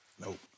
Nope